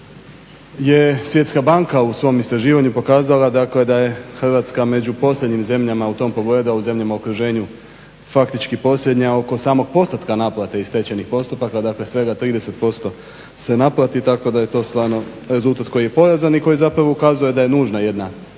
Svjetska banka u svom istraživanju pokazala da je Hrvatska među posljednjim zemljama u tom pogledu, a u zemljama u okruženju faktički posljednja oko samog postotka naplate i stečajnih postupaka dakle svega 30% se naplati, tako da je to stvarno rezultat koji je porazan i koji zapravo ukazuje da je nužna jedna vatrogasna